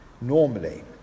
normally